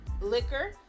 liquor